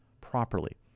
properly